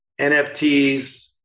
NFTs